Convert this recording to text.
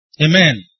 Amen